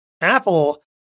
Apple